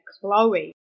Chloe